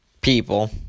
people